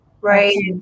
right